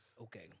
Okay